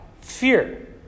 fear